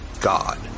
God